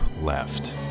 left